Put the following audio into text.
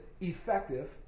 effective